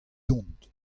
dont